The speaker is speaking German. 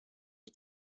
ich